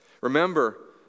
Remember